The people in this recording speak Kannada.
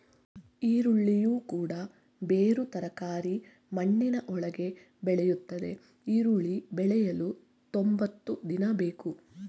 ಈರುಳ್ಳಿಯು ಕೂಡ ಬೇರು ತರಕಾರಿ ಮಣ್ಣಿನ ಒಳಗೆ ಬೆಳೆಯುತ್ತದೆ ಈರುಳ್ಳಿ ಬೆಳೆಯಲು ತೊಂಬತ್ತು ದಿನ ಬೇಕು